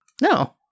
No